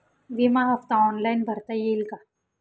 विमा हफ्ता ऑनलाईन भरता येईल का?